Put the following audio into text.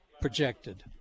projected